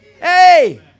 hey